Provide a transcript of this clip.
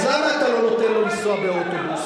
אז למה אתה לא נותן לנסוע באוטובוס?